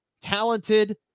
talented